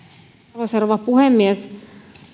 arvoisa rouva puhemies